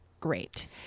great